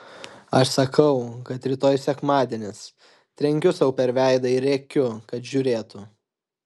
aš sakau kad rytoj sekmadienis trenkiu sau per veidą ir rėkiu kad žiūrėtų